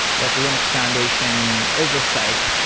like linux foundation oversight,